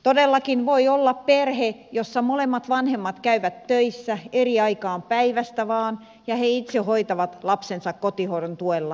todellakin voi olla perhe jossa molemmat vanhemmat käyvät töissä eri aikaan päivästä vain ja he itse hoitavat lapsensa kotihoidon tuella